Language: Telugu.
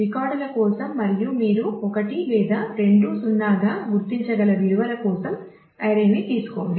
రికార్డుల కోసం మరియు మీరు 1 లేదా 2 0 గా గుర్తించగల విలువల కోసం అర్రే ని తీసుకోండి